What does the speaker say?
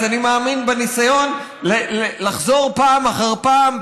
אז אני מאמין בניסיון לחזור פעם אחר פעם,